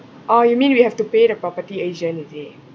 orh you mean we have to pay the property agent is it